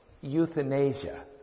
euthanasia